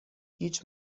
هیچ